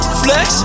flex